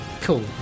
cool